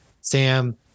Sam